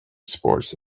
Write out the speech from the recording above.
sports